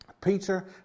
Peter